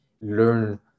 learn